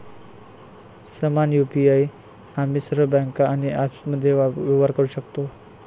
समान यु.पी.आई आम्ही सर्व बँका आणि ॲप्समध्ये व्यवहार करू शकतो